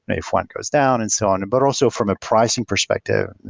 and if one goes down and so on, but also from a pricing perspective,